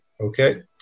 okay